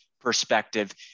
perspective